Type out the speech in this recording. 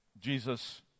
Jesus